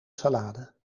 salade